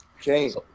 James